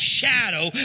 shadow